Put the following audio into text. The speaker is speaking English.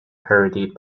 parodied